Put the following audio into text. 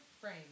frame